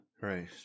Right